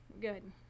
Good